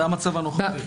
זה המצב הנוכחי.